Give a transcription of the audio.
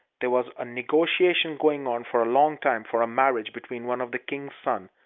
there was a negotiation going on for a long time for a marriage between one of the king's sons,